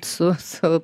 su savo